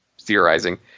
theorizing